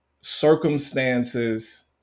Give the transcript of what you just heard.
circumstances